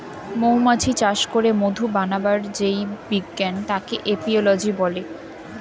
মৌমাছি চাষ করে মধু বানাবার যেই বিজ্ঞান তাকে এপিওলোজি বলে